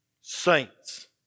saints